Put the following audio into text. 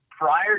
prior